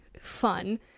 fun